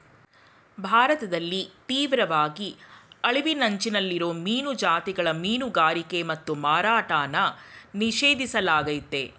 ಭಾರತದಲ್ಲಿ ತೀವ್ರವಾಗಿ ಅಳಿವಿನಂಚಲ್ಲಿರೋ ಮೀನು ಜಾತಿಗಳ ಮೀನುಗಾರಿಕೆ ಮತ್ತು ಮಾರಾಟನ ನಿಷೇಧಿಸ್ಲಾಗಯ್ತೆ